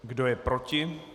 Kdo je proti?